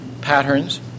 patterns